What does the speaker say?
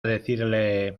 decirle